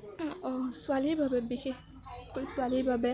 ছোৱালীৰ বাবে বিশেষকৈ ছোৱালীৰ বাবে